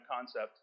concept